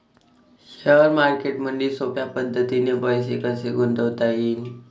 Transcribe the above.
Share मार्केटमधी सोप्या पद्धतीने पैसे कसे गुंतवता येईन?